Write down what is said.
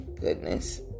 goodness